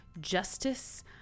Justice